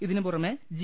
ഇതിന് പുറമെ ജി